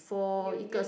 you you